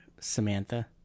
Samantha